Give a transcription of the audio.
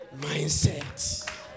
Mindset